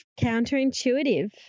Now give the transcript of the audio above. counterintuitive